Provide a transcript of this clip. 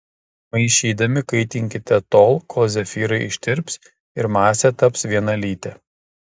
maišydami kaitinkite tol kol zefyrai ištirps ir masė taps vienalytė